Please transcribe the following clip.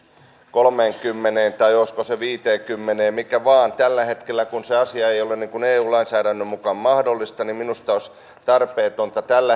kolmeenkymmeneen vai olisiko se viiteenkymmeneen mikä vain tällä hetkellä kun se asia ei ole eu lainsäädännön mukaan mahdollista minusta on tarpeetonta